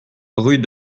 rue